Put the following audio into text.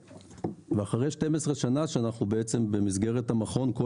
אחרי 12 שנים כאשר במסגרת המכון אנחנו